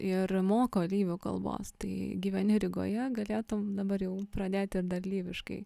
ir moko lyvių kalbos tai gyveni rygoje galėtum dabar jau pradėti ir dar lyviškai